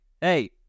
Hey